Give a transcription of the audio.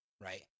right